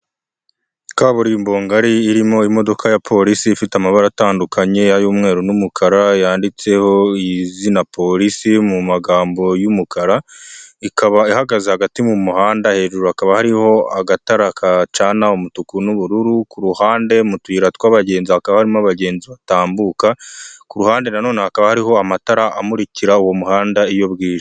Kaburimbogari irimo imodoka ya polisi ifite amabara atandukanye, ay'umweru n'umukara, yanditseho izina polisi mu magambo y'umukara, ikaba ihagaze hagati mu muhanda. Hejuru hakaba hariho agatara gacana umutuku n'ubururu, ku ruhande mu tuyira tw'abagenzi hakaba harimo abagenzi batambuka, kuruhande nanone hakaba hariho amatara amuririka uwo muhanda iyo bwije.